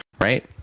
right